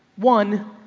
one,